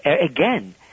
again